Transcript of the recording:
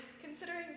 Considering